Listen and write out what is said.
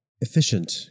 efficient